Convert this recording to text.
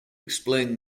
explain